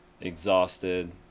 exhausted